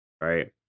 right